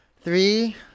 three